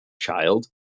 child